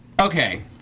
Okay